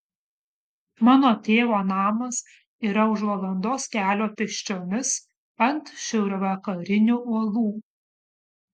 mano tėvo namas yra už valandos kelio pėsčiomis ant šiaurvakarinių uolų